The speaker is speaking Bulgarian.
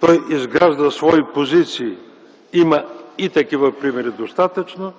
Той изгражда свои позиции – и такива примери има достатъчно.